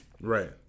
Right